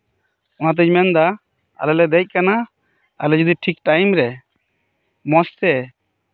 ᱚᱱᱟᱛᱤᱧ ᱢᱮᱱ ᱮᱫᱟ ᱟᱞᱮ ᱞᱮ ᱫᱮᱡ ᱟᱠᱟᱱᱟ ᱟᱞᱮ ᱡᱚᱫᱤ ᱴᱷᱤᱠ ᱴᱟᱭᱤᱢᱨᱮ ᱢᱚᱸᱡᱽ ᱛᱮ